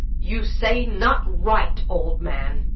you say not right, old man,